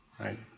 right